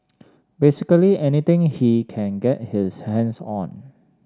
basically anything he can get his hands on